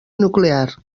nuclear